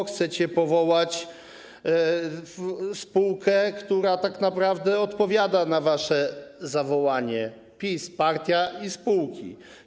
Chcecie powołać spółkę, która tak naprawdę odpowiada na wasze zawołanie: PiS - partia i spółki.